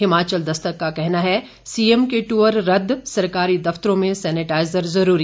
हिमाचल दस्तक का कहना है सीएम के दूअर रद्द सरकारी दफ्तरों में सेनेटाइजर ज़रूरी